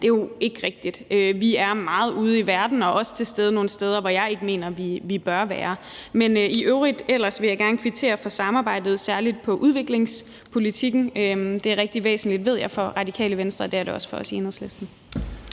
det er jo ikke rigtigt. Vi er meget ude i verden, og vi er også til stede nogle steder, hvor jeg ikke mener vi bør være. Ellers vil jeg i øvrigt gerne kvittere for samarbejdet særlig om udviklingspolitikken. Det er rigtig væsentligt, ved jeg, for Radikale Venstre, og det er det også for os i Enhedslisten.